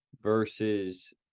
versus